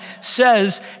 says